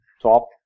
top